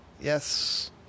yes